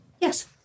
Yes